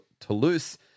Toulouse